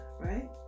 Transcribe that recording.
right